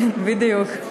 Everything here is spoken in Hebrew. כן, בדיוק.